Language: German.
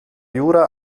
jura